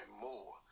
more